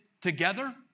together